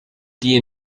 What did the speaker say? die